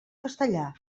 castellà